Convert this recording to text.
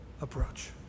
approach